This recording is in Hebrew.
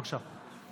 בבקשה.